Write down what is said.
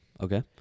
Okay